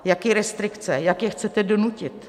Jaké restrikce, jak je chcete donutit?